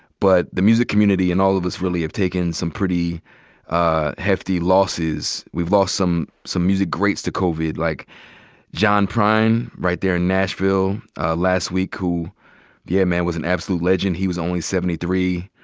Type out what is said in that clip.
but the music community and all of us really have taken some pretty ah hefty losses. we've lost some some music greats to covid like john prime right there in nashville last week who the yeah man was an absolute legend. he was only seventy three.